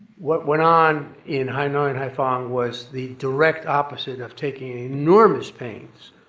what went on in hanoi and haiphong was the direct opposite, of taking enormous pains.